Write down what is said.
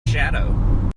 shadow